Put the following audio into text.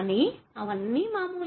కానీ అవన్నీ మామూలే